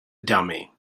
dummy